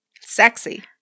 sexy